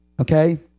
Okay